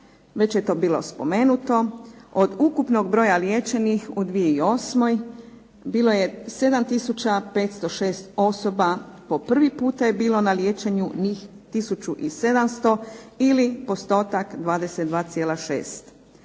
već je to bilo spomenuto od ukupnog broja liječenih u 2008. bilo je 7 tisuća 506 osoba, po prvi puta je bilo na liječenju njih 1700 ili postotak 22,6.